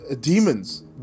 demons